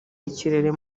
y’ikirere